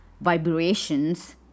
vibrations